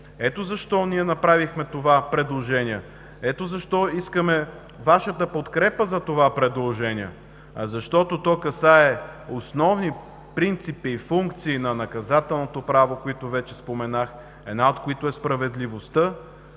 Ето защо направихме това предложение, ето защо искаме Вашата подкрепа за това предложение. То касае основни принципи и функции на наказателното право, които вече споменах, една от които е справедливостта